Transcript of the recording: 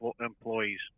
employees